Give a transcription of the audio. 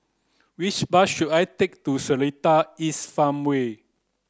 which bus should I take to Seletar East Farmway